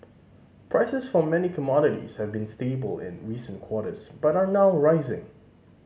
prices for many commodities have been stable in recent quarters but are now rising